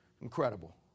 Incredible